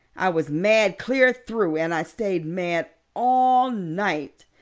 i was mad clear through, and i stayed mad all night.